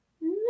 No